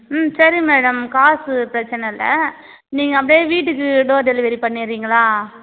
ம் சரி மேடம் காசு பிரச்சனை இல்லை நீங்கள் அப்படியே வீட்டுக்கு டோர் டெலிவரி பண்ணிடுறீங்களா